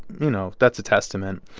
you know that's a testament.